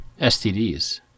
STDs